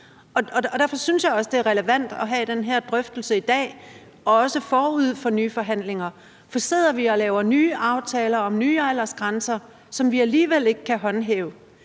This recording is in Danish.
Derfor synes jeg også, det er relevant at have den her drøftelse i dag, også forud for nye forhandlinger; for det giver jo ingen mening at sidde og lave nye aftaler om nye aldersgrænser, som vi alligevel ikke kan håndhæve,